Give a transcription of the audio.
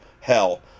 hell